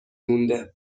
مونده